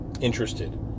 interested